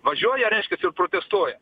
važiuoja reiškias ir protestuoja